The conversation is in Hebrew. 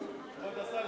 כבוד השר,